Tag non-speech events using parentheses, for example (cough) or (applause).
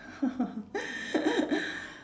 (laughs)